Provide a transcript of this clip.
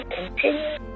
continue